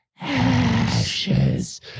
Ashes